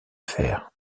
fer